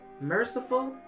merciful